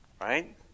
Right